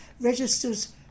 registers